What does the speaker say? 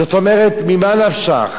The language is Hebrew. זאת אומרת, ממה נפשך,